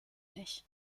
ich